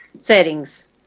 Settings